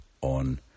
on